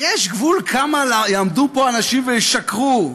יש גבול כמה יעמדו פה אנשים וישקרו.